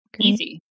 Easy